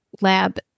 lab